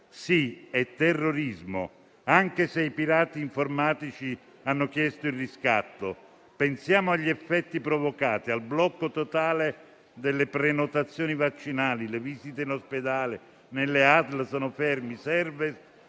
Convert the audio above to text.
Sì, è terrorismo, anche se i pirati informatici hanno chiesto il riscatto. Pensiamo agli effetti provocati, al blocco totale delle prenotazioni vaccinali e alle visite in ospedale nelle ASL che sono ferme;